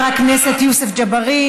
לחבר הכנסת יוסף ג'בארין.